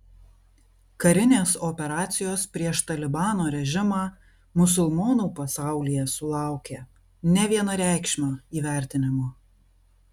karinės operacijos prieš talibano režimą musulmonų pasaulyje sulaukė nevienareikšmio įvertinimo